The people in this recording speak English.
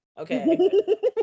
Okay